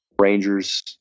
Rangers